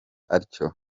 atyo